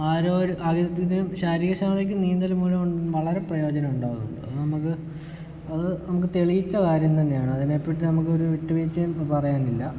ആരോ ഇത് ശാരീരിക ക്ഷമതക്ക് നീന്തൽ മൂലം വളരെ പ്രയോജനമുണ്ടാകുന്നുണ്ട് അത് നമുക്ക് അത് നമുക്ക് തെളിയിച്ച കാര്യം തന്നെയാണ് അതിനെ പറ്റി നമുക്ക് ഒരു വിട്ടുവീഴ്ച്ചയും പറയാനില്ല